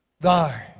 thy